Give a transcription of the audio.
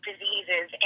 diseases